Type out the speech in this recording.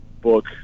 book